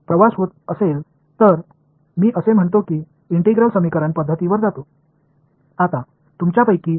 Student எனவே என்னிடம் நீண்ட தூரத்திற்கு பரப்புதல் இருந்தால் அங்கே நான் இன்டெக்ரல் சமன்பாடு முறைகளுக்கு மாற வேண்டும் என்று சொல்கிறேன்